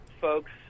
folks